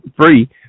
free